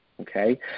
Okay